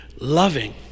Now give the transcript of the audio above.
loving